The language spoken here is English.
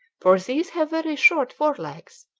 for these have very short fore-legs,